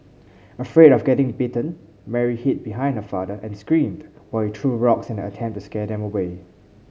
afraid of getting bitten Mary hid behind her father and screamed while he threw rocks in an attempt to scare them away